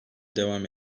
devam